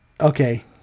Okay